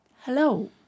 Hello